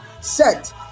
set